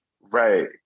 Right